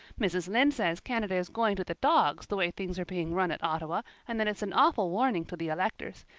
mrs. lynde says canada is going to the dogs the way things are being run at ottawa and that it's an awful warning to the electors.